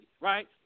right